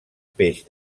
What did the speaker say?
peix